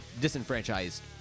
disenfranchised